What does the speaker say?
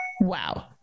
Wow